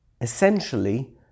Essentially